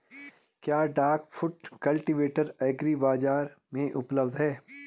क्या duck foot cultivator agri बाज़ार में उपलब्ध है?